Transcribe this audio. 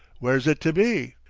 where's it to be?